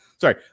Sorry